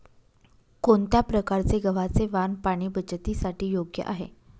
कोणत्या प्रकारचे गव्हाचे वाण पाणी बचतीसाठी योग्य आहे?